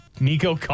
Nico